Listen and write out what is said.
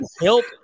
help